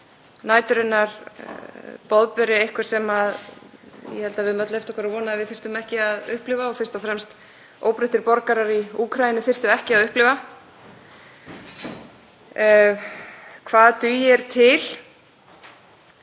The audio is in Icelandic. næturinnar boðberi einhvers sem ég held að við höfum öll leyft okkur að vona að við þyrftum ekki að upplifa, og fyrst og fremst að óbreyttir borgarar í Úkraínu þyrftu ekki að upplifa. Hvað dugir til?